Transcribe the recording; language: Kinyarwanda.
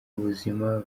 ubuzima